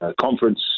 conference